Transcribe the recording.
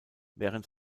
während